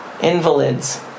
invalids